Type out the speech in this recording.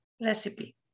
recipe